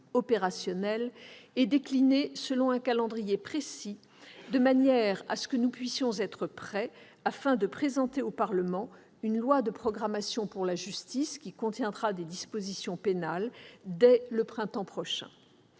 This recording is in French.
opérationnelles et déclinées selon un calendrier précis, de manière à ce que nous puissions être prêts à présenter au Parlement un projet de loi de programmation pour la justice, qui comprendra des dispositions pénales, dès le printemps prochain.